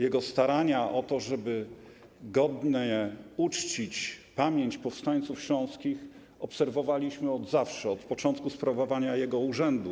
Jego starania o to, żeby godnie uczcić pamięć powstańców śląskich, obserwowaliśmy od zawsze, od początku sprawowania przez niego urzędu.